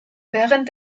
während